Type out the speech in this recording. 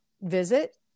visit